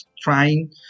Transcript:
trying